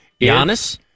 Giannis